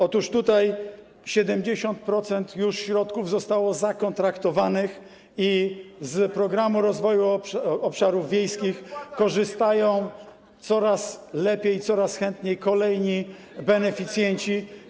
Otóż tutaj już 70% środków zostało zakontraktowanych i z Programu Rozwoju Obszarów Wiejskich korzystają coraz lepiej i coraz chętniej kolejni beneficjenci.